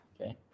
okay